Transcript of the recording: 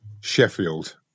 sheffield